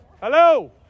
hello